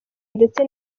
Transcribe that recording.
ndetse